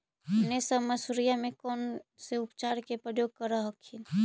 अपने सब मसुरिया मे कौन से उपचार के प्रयोग कर हखिन?